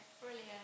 Brilliant